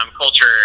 culture